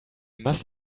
must